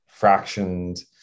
fractioned